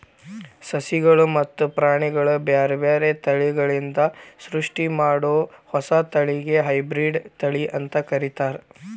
ಸಸಿಗಳು ಮತ್ತ ಪ್ರಾಣಿಗಳ ಬ್ಯಾರ್ಬ್ಯಾರೇ ತಳಿಗಳಿಂದ ಸೃಷ್ಟಿಮಾಡೋ ಹೊಸ ತಳಿಗೆ ಹೈಬ್ರಿಡ್ ತಳಿ ಅಂತ ಕರೇತಾರ